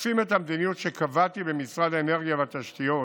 משקפים את המדיניות שקבעתי במשרד האנרגיה והתשתיות